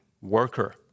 worker